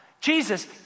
Jesus